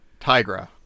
Tigra